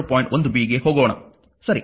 1 b ಗೆ ಹೋಗೋಣ ಸರಿ